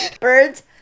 Birds